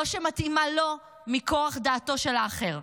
לא שמתאימה לו מכוח דעתו של האחר.